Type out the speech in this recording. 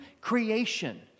creation